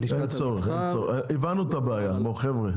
אין צורך הבנו את הבעיה חבר'ה,